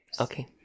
Okay